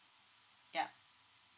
yup